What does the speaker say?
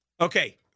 okay